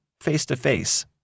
face-to-face